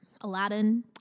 Aladdin